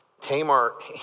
Tamar